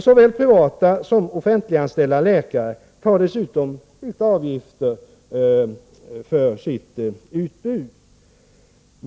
Såväl privatsom offentliganställda läkare tar dessutom ut avgifter för sitt utbud.